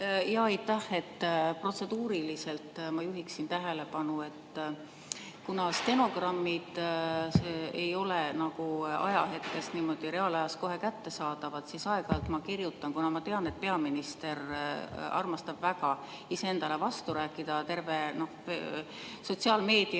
… Aitäh! Protseduuriliselt ma juhiksin tähelepanu, et kuna stenogrammid ei ole niimoodi reaalajas kohe kättesaadavad, siis aeg-ajalt ma kirjutan üles. Kuna ma tean, et peaminister armastab väga iseendale vastu rääkida – terve sotsiaalmeedia